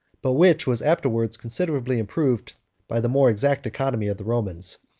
but which was afterwards considerably improved by the more exact economy of the romans,